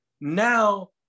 Now